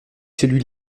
celui